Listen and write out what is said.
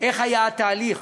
מה היה התהליך.